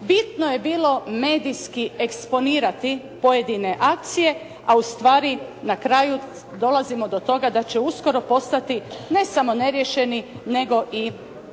Bitno je bilo medijski eksponirati pojedine akcije, a ustvari na kraju dolazimo do toga da će uskoro postati, ne samo neriješeni, nego i